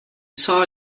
saw